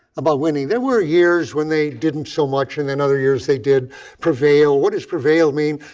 about winning. there were years when they didn't so much and then other years they did prevail. what does prevail mean?